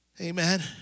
Amen